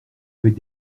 avec